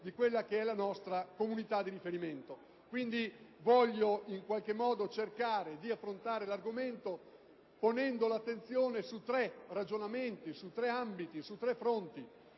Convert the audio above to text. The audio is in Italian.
di quella che è la nostra comunità di riferimento. Voglio cercare di affrontare l'argomento ponendo l'attenzione su tre ragionamenti, su tre ambiti e su tre fronti.